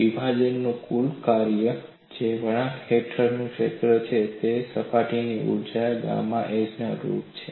વિભાજનનું કુલ કાર્ય જે વળાંક હેઠળનું ક્ષેત્ર છે તે સપાટી ઉર્જા ગામા s ને અનુરૂપ છે